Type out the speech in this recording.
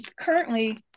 currently